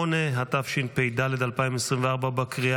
תשעה בעד, אין מתנגדים ואין נמנעים.